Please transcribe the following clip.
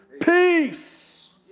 Peace